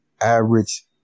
average